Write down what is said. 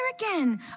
again